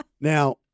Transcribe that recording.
Now